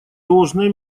должное